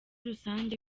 rusange